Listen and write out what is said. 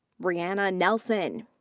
bryanna nelson.